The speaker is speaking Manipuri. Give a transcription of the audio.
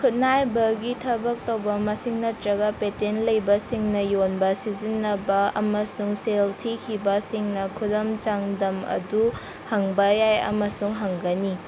ꯈꯨꯠꯅꯥꯏꯕꯒꯤ ꯊꯕꯛ ꯇꯧꯕ ꯃꯁꯤꯡ ꯅꯠꯇ꯭ꯔꯒ ꯄꯦꯇꯦꯟ ꯂꯩꯕꯁꯤꯡꯅ ꯌꯣꯟꯕ ꯁꯤꯖꯤꯟꯅꯕ ꯑꯃꯁꯨꯡ ꯁꯦꯜ ꯊꯤꯈꯤꯕꯁꯤꯡꯅ ꯈꯨꯗꯝ ꯆꯥꯡꯗꯝ ꯑꯗꯨ ꯍꯪꯕ ꯌꯥꯏ ꯑꯃꯁꯨꯡ ꯍꯪꯒꯅꯤ